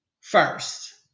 first